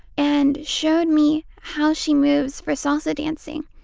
and showed me how she moves for salsa dancing.